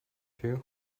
you